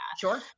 Sure